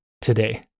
today